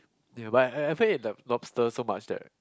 yea but I I have ate the lobsters so much that